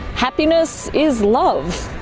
happiness is love.